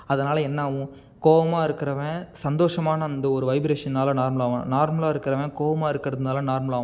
அதனால் என்னாகும் கோவமாக இருக்கிறவன் சந்தோஷமான அந்த ஒரு வைப்ரேஷனால நார்மலாவான் நார்மலாக இருக்கிறவன் கோவமாக இருக்கிறதுனால நார்மல் ஆவான்